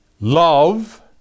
love